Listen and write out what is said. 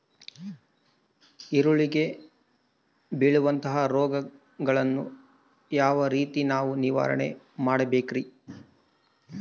ಈರುಳ್ಳಿಗೆ ಬೇಳುವಂತಹ ರೋಗಗಳನ್ನು ಯಾವ ರೇತಿ ನಾವು ನಿವಾರಣೆ ಮಾಡಬೇಕ್ರಿ?